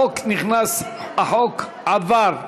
החוק נכנס, החוק עבר.